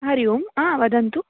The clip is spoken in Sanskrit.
हरिः ओम् आं वदन्तु